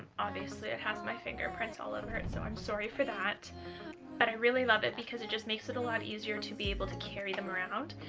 obviously, it has my fingerprints all over it so i'm sorry for that but i really love it because it just makes it a lot easier to be able to carry them around.